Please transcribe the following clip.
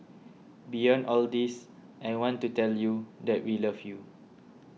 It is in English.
beyond all this I want to tell you that we love you